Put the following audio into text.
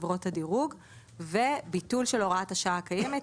חברות הדירוג וביטול של הוראת השעה הקיימת.